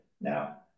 now